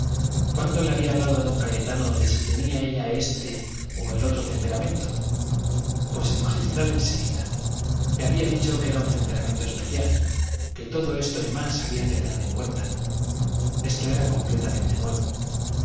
cuándo le había hablado don cayetano de si tenía ella este o el otro temperamento pues el magistral en seguida le había dicho que era un temperamento especial que todo esto y más había que tener en cuenta esto era completamente nuevo